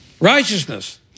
Righteousness